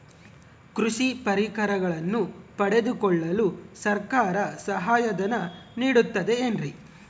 ಕೃಷಿ ಪರಿಕರಗಳನ್ನು ಪಡೆದುಕೊಳ್ಳಲು ಸರ್ಕಾರ ಸಹಾಯಧನ ನೇಡುತ್ತದೆ ಏನ್ರಿ?